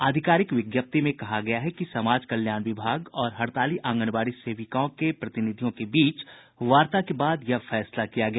आधिकारिक विज्ञप्ति में कहा गया है कि समाज कल्याण विभाग और हड़ताली आंगनवाड़ी सेविकाओं के प्रतिनिधियों बीच वार्ता के बाद यह फैसला किया गया